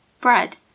bread